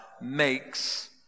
makes